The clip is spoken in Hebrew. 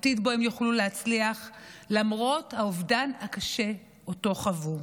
עתיד שבו הם יוכלו להצליח למרות האובדן הקשה שאותו חוו.